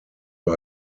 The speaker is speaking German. war